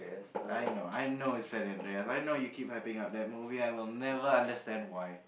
I know I know it but I know you keep hyping up that movie I will never understand why